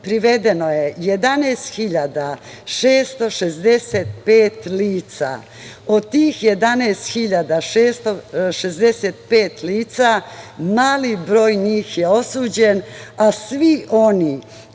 privedeno je 11.665 lica, od tih 11.665 lica mali broj njih je osuđen, a svi oni